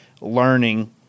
learning